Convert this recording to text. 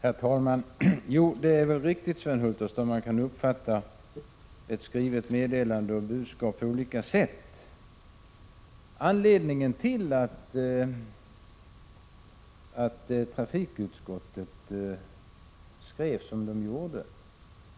Herr talman! Jo, Sven Hulterström, det är väl riktigt att man kan uppfatta ett skrivet meddelande och budskap på olika sätt. Anledningen till att trafikutskottet skrev som det gjorde